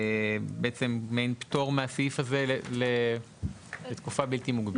בעצם, מבין פטור מהסעיף הזה לתקופה בלתי מוגבלת.